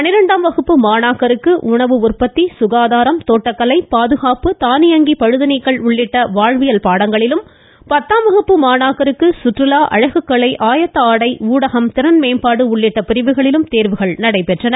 பனிரெண்டாம் வகுப்பு மாணாக்கருக்கு உணவு உற்பத்தி சுகாதாரம் தோட்டக்கலை பாதுகாப்பு தானியங்கி பழுதுநீக்கல் உள்ளிட்ட வாழ்வியல் பாடங்களிலும் பத்தாம் வகுப்பு மாணாக்கருக்கு சுற்றுலா அழகுக்கலை ஆயத்த ஆடை ஊடகம் திறன்மேம்பாடு உள்ளிட்ட பிரிவுகளிலும் இன்று தேர்வுகள் நடைபெற்றன